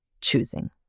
choosing